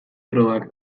probak